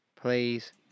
please